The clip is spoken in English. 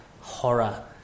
horror